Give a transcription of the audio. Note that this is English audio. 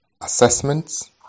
assessments